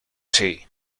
tea